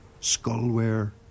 skullware